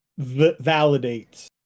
validates